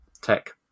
tech